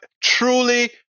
truly